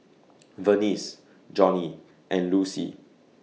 Vernice Jonnie and Lucie